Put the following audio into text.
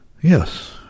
Yes